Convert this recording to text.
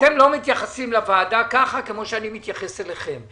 אתם לא מתייחסים לוועדה כפי שאני מתייחס אליכם.